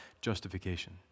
justification